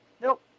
Nope